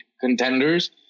contenders